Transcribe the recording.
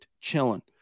chilling